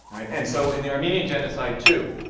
right? and so, in the armenian genocide, too,